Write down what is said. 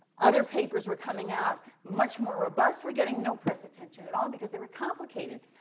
other papers were coming out, much more robust, were getting no press attention at all, because they were complicated.